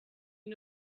you